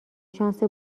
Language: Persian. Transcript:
شانس